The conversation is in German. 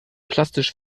plastisch